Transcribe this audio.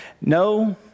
No